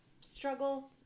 struggle